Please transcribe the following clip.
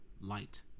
light